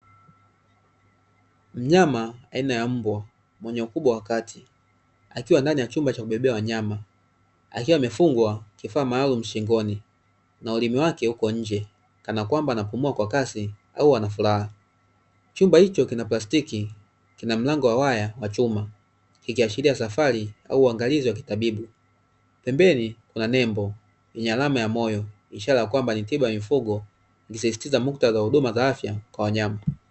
Mnyama, aina ya mbwa, mwenye ukubwa wa kati. Akiwa ndani ya chumba cha kubebea wanyama, akiwa amefungwa kifaa maalumu shingoni na ulimi wake uko nje, kana kwamba anapumua kwa kasi au ana furaha. Chumba hicho kina plastiki, kina mlango wa waya na chuma. Kikiashiria safari au uangalizi wa kitabibu. Pembeni kuna nembo ya alama ya moyo, ishara ya kwamba ni tiba ya mifugo, ikisisitiza muktadha wa huduma za afya kwa wanyama.